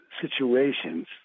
situations